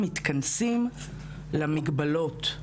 מתכנסים למגבלות.